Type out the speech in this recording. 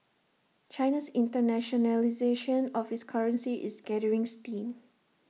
China's internationalisation of its currency is gathering steam